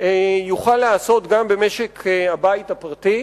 יוכל להיעשות גם במשק הבית הפרטי.